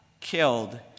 killed